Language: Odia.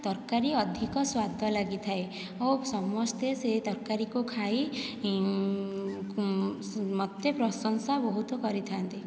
ତରକାରୀ ଅଧିକ ସ୍ୱାଦ ଲାଗିଥାଏ ଓ ସମସ୍ତେ ସେ ତରକାରୀକୁ ଖାଇ ମୋତେ ପ୍ରଶଂସା ବହୁତ କରିଥାନ୍ତି